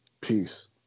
peace